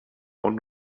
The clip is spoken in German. und